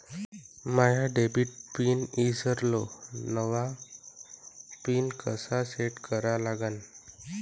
माया debit pin ईसरलो, नवा pin कसा सेट करा लागन?